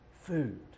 food